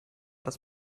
das